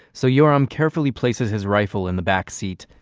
so yoram carefully places his rifle in the back seat,